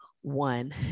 One